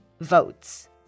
votes